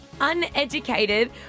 uneducated